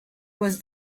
was